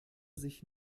sich